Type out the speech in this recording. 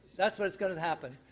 that's what's going to happen.